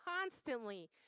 constantly